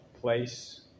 place